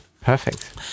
perfect